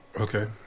okay